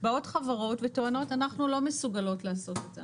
באות חברות וטוענות שאנחנו לא מסוגלות לעשות את זה.